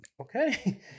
Okay